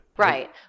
Right